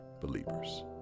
believers